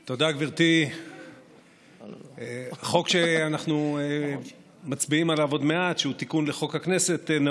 את הכוח והעוצמה שיש